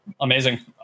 Amazing